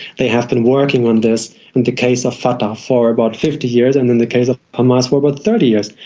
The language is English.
they have been working on this in the case of fatah for about fifty years, and in the case of hamas for but thirty years,